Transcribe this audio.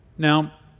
Now